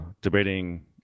debating